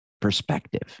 perspective